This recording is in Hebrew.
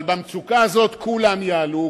אבל במצוקה הזאת כולם יעלו.